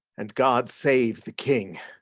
and god save the king.